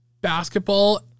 basketball